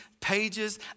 pages